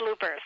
bloopers